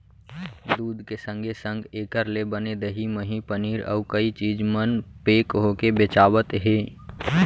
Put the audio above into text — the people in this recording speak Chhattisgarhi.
दूद के संगे संग एकर ले बने दही, मही, पनीर, अउ कई चीज मन पेक होके बेचावत हें